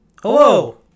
Hello